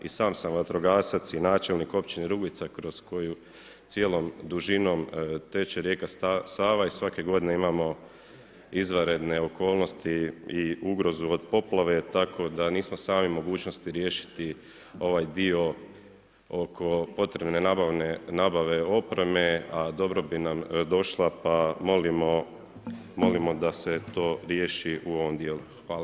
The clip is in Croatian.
I sam sam vatrogasac i načelnik Općine Rugvica kroz koju cijelom dužinom teče rijeka Sava i svake godine imamo izvanredne okolnosti i ugrozu od poplave tako da nismo sami u mogućnosti riješiti ovaj dio oko potrebe nabave opreme, a dobro bi nam došla pa molimo da se to riješi u ovom dijelu.